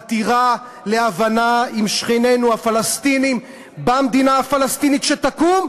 חתירה להבנה עם שכנינו הפלסטינים במדינה הפלסטינית שתקום,